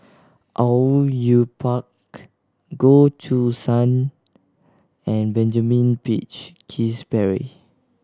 Au Yue Pak Goh Choo San and Benjamin Peach Keasberry